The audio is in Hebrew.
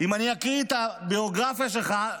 אם אני אקריא את הביוגרפיה לך,